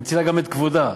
מצילה גם את כבודה,